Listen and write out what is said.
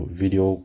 video